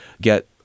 get